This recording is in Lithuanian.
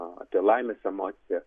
apie laimės emociją